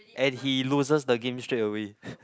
and he loses the game straight away